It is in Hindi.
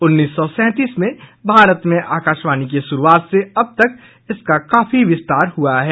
उन्नीस सौ सैंतीस में भारत में आकाशवाणी की शुरूआत से अब तक इसका काफी विस्तार हुआ है